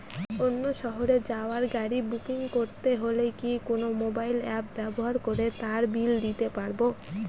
অন্য শহরে যাওয়ার গাড়ী বুকিং করতে হলে কি কোনো মোবাইল অ্যাপ ব্যবহার করে তার বিল দিতে পারব?